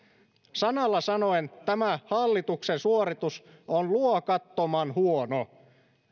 sanalla sanoen tämä hallituksen suoritus on luokattoman huono